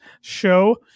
show